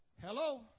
Hello